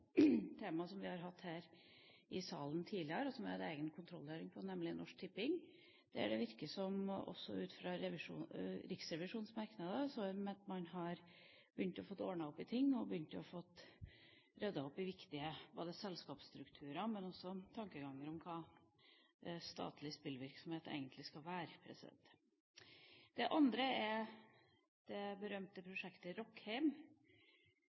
tema som vi har hatt her i salen tidligere, og som vi har hatt egen kontrollhøring på – nemlig Norsk Tipping. Der virker det, også ut fra Riksrevisjonens merknader, som man har begynt å få ordnet opp i ting og begynt å få ryddet opp i viktige selskapsstrukturer, men også i tankeganger om hva statlig spillvirksomhet egentlig skal være. Det er andre gjelder det berømte